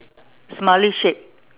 smiley shape